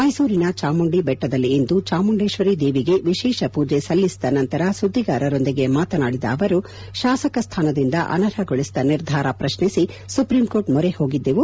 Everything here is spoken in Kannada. ಮೈಸೂರಿನ ಚಾಮುಂಡಿ ಬೆಟ್ಟದಲ್ಲಿಂದು ಚಾಮುಂಡೇಶ್ವರಿ ದೇವಿಗೆ ವಿಶೇಷ ಪೂಜೆ ಸಲ್ಲಿಸಿದ ನಂತರ ಸುದ್ನಿಗಾರರೊಂದಿಗೆ ಮಾತನಾಡಿದ ಅವರು ಶಾಸಕ ಸ್ಥಾನದಿಂದ ಅನರ್ಹಗೊಳಿಸಿದ ನಿರ್ಧಾರ ಪ್ರಶ್ನಿಸಿ ಸುಪ್ರೀಂಕೋರ್ಟ್ ಮೊರೆ ಹೋಗಿದ್ದೆವು